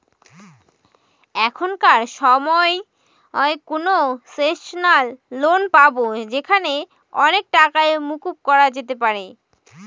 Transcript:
এখনকার সময়তো concessional loan পাবো যেখানে অনেক টাকাই মকুব করা যেতে পারে